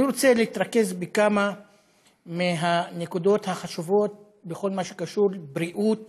אני רוצה להתרכז בכמה מהנקודות החשובות בכל מה שקשור לבריאות